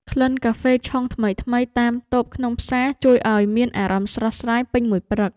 ក្លិនកាហ្វេឆុងថ្មីៗតាមតូបក្នុងផ្សារជួយឱ្យមានអារម្មណ៍ស្រស់ស្រាយពេញមួយព្រឹក។